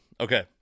Okay